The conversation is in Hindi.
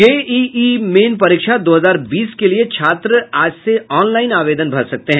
जेईई मेन परीक्षा दो हजार बीस के लिए छात्र आज से आॉनलाइन आवेदन भर सकते हैं